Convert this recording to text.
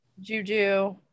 juju